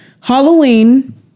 Halloween